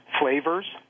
flavors